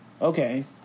okay